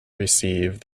receive